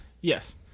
Yes